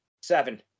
seven